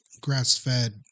grass-fed